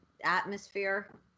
atmosphere